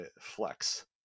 flex